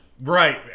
Right